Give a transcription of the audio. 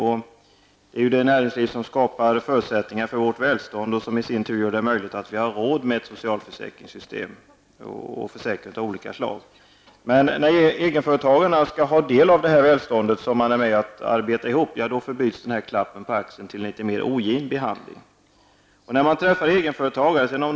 Det är det näringsliv som skapar förutsättningar för vårt välstånd och som i sin tur gör att vi har råd med socialförsäkringar av olika slag. Men när egenföretagarna skall ha del av det välstånd som de är med om att arbeta ihop, då förbyts klappen på axeln mot en mer ogin behandling. Jag träffar egenföretagare ganska ofta.